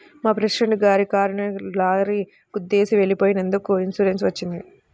మా ప్రెసిడెంట్ గారి కారుని లారీ గుద్దేసి వెళ్ళిపోయినందుకు ఇన్సూరెన్స్ వచ్చింది